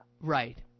Right